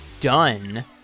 done